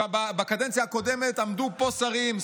בקדנציה הקודמת עמדו פה שרים,